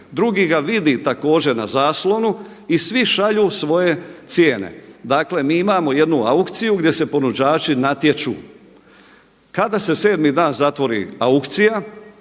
drugi ga vidi također na zaslonu i svi šalju svoje cijene. Dakle mi imao jednu aukciju gdje se ponuđači natječu. Kada se sedmi dan zatvori aukcija